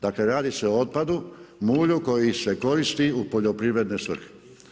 Dakle radi se o otpadu, mulju koji se koristi u poljoprivredne svrhe.